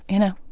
you know,